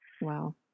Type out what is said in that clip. Wow